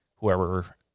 Whoever